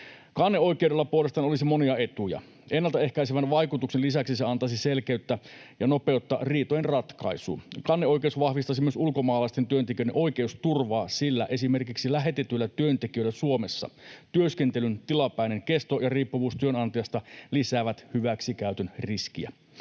Kanneoikeudella puolestaan olisi monia etuja. Ennaltaehkäisevän vaikutuksen lisäksi se antaisi selkeyttä ja nopeutta riitojen ratkaisuun. Kanneoikeus vahvistaisi myös ulkomaalaisten työntekijöiden oikeusturvaa, sillä esimerkiksi lähetetyillä työntekijöillä Suomessa työskentelyn tilapäinen kesto ja riippuvuus työnantajasta lisäävät hyväksikäytön riskiä.